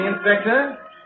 Inspector